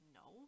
no